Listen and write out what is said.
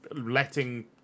letting